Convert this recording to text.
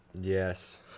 Yes